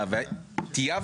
דבר.